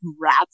rat's